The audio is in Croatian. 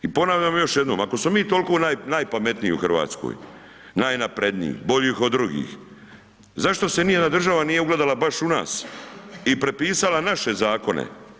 I ponavljam još jednom, ako smo mi tolko najpametniji u RH, najnapredniji, boljih od drugih, zašto se nijedna država nije ugledala baš u nas i prepisala naše zakone?